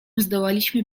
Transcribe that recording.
zdołaliśmy